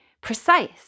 precise